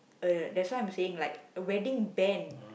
uh that's why I'm saying like a wedding band